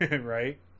Right